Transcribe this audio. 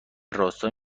راستای